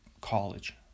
college